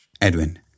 edwin